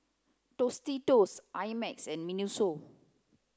Tostitos I Max and Miniso